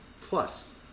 plus